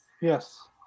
Yes